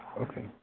okay